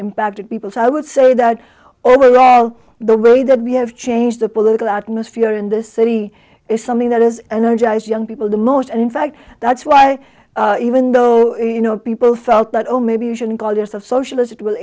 impacted people so i would say that overall the way that we have changed the political atmosphere in this city is something that has energized young people the most and in fact that's why even though you know people felt that oh maybe you shouldn't call there's a socialist it will